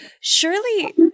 Surely